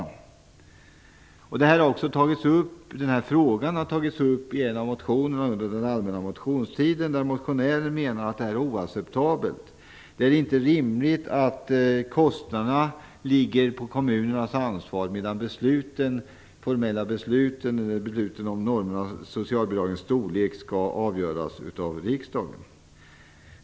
Denna fråga har tagits upp i en av motionerna under den allmänna motionstiden. Motionärerna menar att det här är oacceptabelt. Det är inte rimligt att kostnaderna ligger på kommunernas ansvar medan de formella besluten om normerna för socialbidragens storlek skall avgöras av riksdagen.